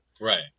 Right